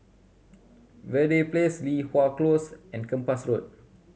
Verde Place Li Hwan Close and Kempas Road